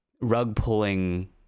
rug-pulling